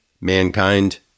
mankind